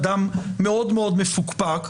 אדם מאוד-מאוד מפוקפק.